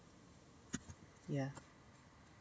ya